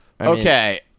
Okay